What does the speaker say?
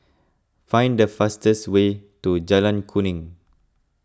find the fastest way to Jalan Kuning